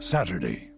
Saturday